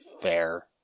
Fair